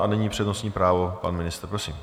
A nyní přednostní právo pan ministr, prosím.